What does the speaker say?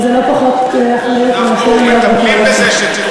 אבל זה לא פחות אחראי מאשר להיות בקואליציה.